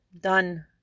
Done